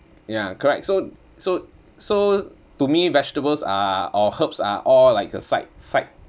ya correct so so so to me vegetables are or herbs are all like the side side